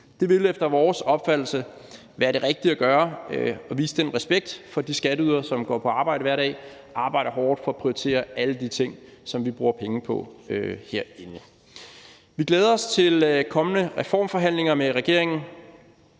Det ville efter vores opfattelse være det rigtige at gøre at vise den respekt for de skatteydere, som går på arbejde hver dag og arbejder hårdt for at prioritere alle de ting, som vi bruger penge på herhjemme. Vi glæder os til kommende reformforhandlinger med regeringen.